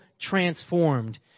transformed